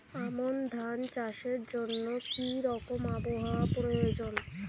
আমন ধান চাষের জন্য কি রকম আবহাওয়া প্রয়োজন?